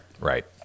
Right